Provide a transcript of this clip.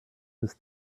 was